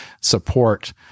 support